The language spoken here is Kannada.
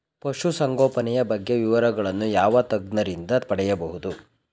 ಪಶುಸಂಗೋಪನೆಯ ಬಗ್ಗೆ ವಿವರಗಳನ್ನು ಯಾವ ತಜ್ಞರಿಂದ ಪಡೆಯಬಹುದು?